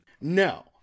No